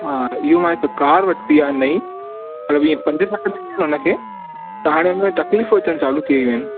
हा इहो मां हिक कार वरिती आहे नईं पंज साल थी विया उन खे त हाणे उन में तकलीफ़ूं अचण चालू थी वयूं आहिनि